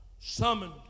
Summoned